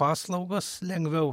paslaugos lengviau